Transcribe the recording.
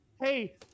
hey